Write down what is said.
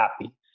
happy